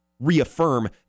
reaffirm